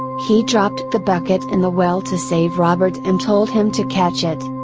he dropped the bucket in the well to save robert and told him to catch it.